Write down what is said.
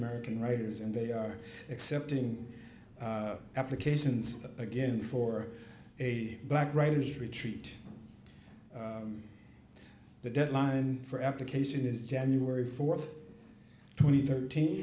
american writers and they are accepting applications again for a black writers retreat the deadline for application is january fourth twenty thirteen